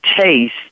taste